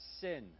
sin